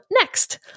Next